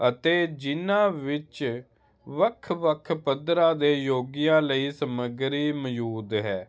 ਅਤੇ ਜਿਹਨਾਂ ਵਿੱਚ ਵੱਖ ਵੱਖ ਪੱਧਰਾਂ ਦੇ ਯੋਗੀਆਂ ਲਈ ਸਮੱਗਰੀ ਮੌਜੂਦ ਹੈ